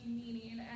meaning